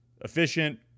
efficient